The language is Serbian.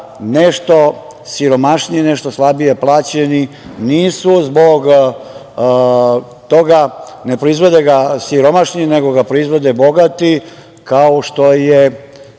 nešto siromašnije, nešto slabije plaćeni nisu zbog toga, ne proizvode ga siromašni, nego ga proizvode bogati, kao što je